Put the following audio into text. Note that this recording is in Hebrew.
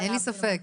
אין לי ספק,